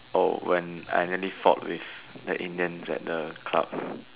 oh when I nearly fought with the Indians at the club